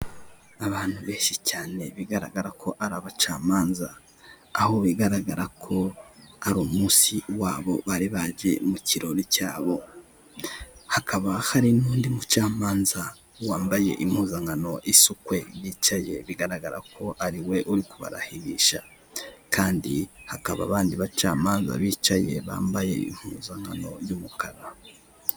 Abantu benshi cyane bigaragara ko ari abacamanza, aho bigaragara ko ari umunsi wabo bari baje mu kirori cyabo, hakaba hari n'undi mucamanza wambaye impuzankano isukwe wicaye bigaragara ko ariwe uri kubarahirisha, kandi hakaba abandi bacamanza bicaye bambaye impuzankano y'umukara.